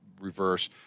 reverse